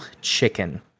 Chicken